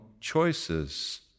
choices